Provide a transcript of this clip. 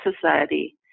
society